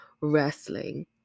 Wrestling